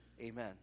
Amen